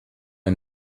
der